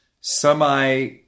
semi